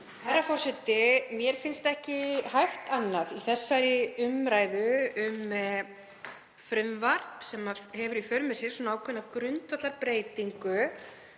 Herra forseti. Mér finnst ekki annað hægt í þessari umræðu, um frumvarp sem hefur í för með sér ákveðna grundvallarbreytingu